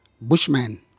Bushman